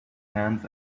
hands